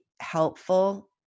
helpful